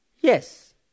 Yes